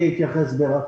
אתייחס ברצון.